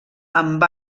amb